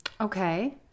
Okay